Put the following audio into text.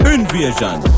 Invasion